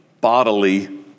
bodily